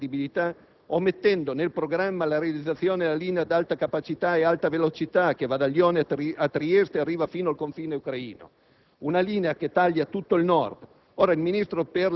e che il centro-sinistra si è giocato metà della sua credibilità omettendo nel programma la realizzazione della linea ad alta capacità e alta velocità che va da Lione a Trieste e arriva fino al confine ucraino: